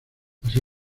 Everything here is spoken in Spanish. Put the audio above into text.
así